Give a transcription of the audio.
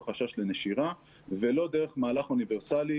חשש לנשירה ולא דרך מהלך אוניברסלי,